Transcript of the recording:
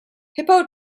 hippo